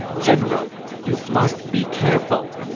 general, you must be careful.